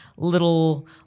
Little